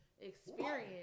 experience